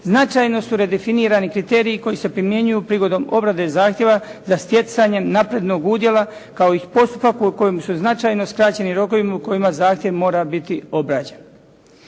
značajno su redefinirani kriteriji koji se primjenjuju prigodom obrade zahtjeva da stjecanjem naprednog udjela kao i postupak kojem su značajno skraćeni rokovi u kojima zahtjev mora biti obrađen.